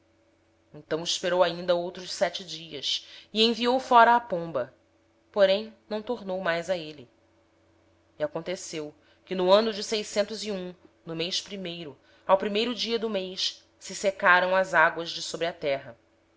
então esperou ainda outros sete dias e soltou a pomba e esta não tornou mais a ele no ano seiscentos e um no mês primeiro no primeiro dia do mês secaram se as águas de sobre a terra